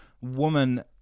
woman